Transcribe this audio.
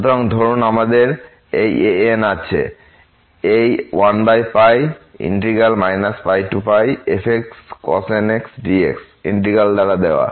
সুতরাং ধরুন আমাদের এই an আছে এই 1 πfxcos nx dx ইন্টিগ্র্যাল দ্বারা দেওয়া